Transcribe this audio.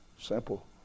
Simple